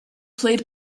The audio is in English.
played